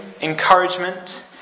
encouragement